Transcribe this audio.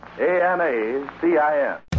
A-N-A-C-I-N